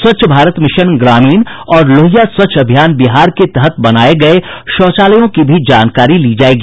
स्वच्छ भारत मिशन ग्रामीण और लोहिया स्वच्छ अभियान बिहार के तहत बनाये गये शौचालयों की भी जानकारी ली जायेगी